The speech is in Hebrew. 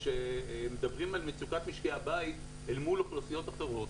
כשמדברים על מצוקת משקי הבית אל מול אוכלוסיות אחרות,